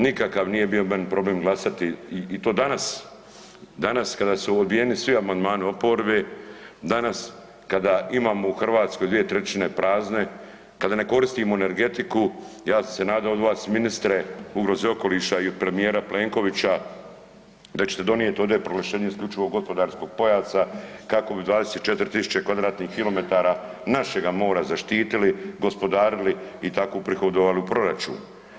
Nikakav nije bio meni problem glasati i to danas, danas kada su odbijeni svi amandmani oporbe, danas kada imamo u Hrvatskoj 2/3 prazne, kada ne koristimo energetiku, ja sam se nadao od vas ministre ugroze i okoliša i premijera Plenkovića da ćete donijeti ovde proglašenje isključivi gospodarskog pojasa kako bi 24 tisuće kvadratnih kilometara našega mora zaštitili, gospodarili i tako prihodovali u proračunu.